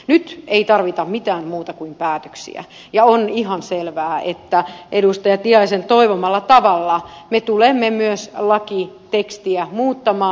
nyt ei tarvita mitään muuta kuin päätöksiä ja on ihan selvää että edustaja tiaisen toivomalla tavalla me tulemme myös lakitekstiä muuttamaan